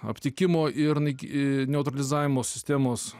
aptikimo ir naiki neutralizavimo sistemos